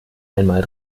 einmal